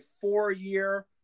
four-year